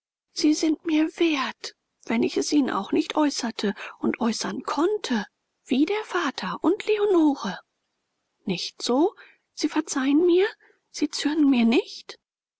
sie sind mir wert wenn ich es ihnen auch nicht äußerte und äußern konnte wie der vater und leonore nicht so sie verzeihen mir sie zürnen mir nicht